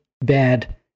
bad